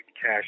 cash